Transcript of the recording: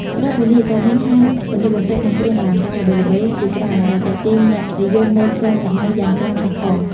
ក្រៅពីនេះ ក៏មានហាងសម្លៀកបំពាក់ និងគ្រឿងអលង្ការល្បីៗជាច្រើន ដែលទាក់ទាញអ្នកនិយមម៉ូដទាន់សម័យយ៉ាងច្រើនកុះករ។